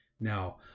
Now